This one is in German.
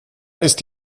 ist